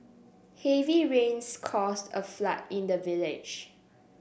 heavy rains caused a flood in the village